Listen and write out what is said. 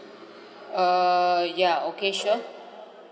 err yeah okay sure